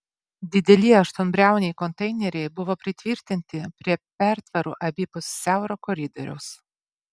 dideli aštuonbriauniai konteineriai buvo pritvirtinti prie pertvarų abipus siauro koridoriaus